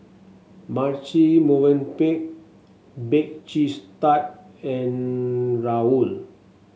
Marche Movenpick Bake Cheese Tart and Raoul